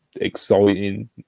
exciting